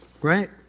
Right